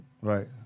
right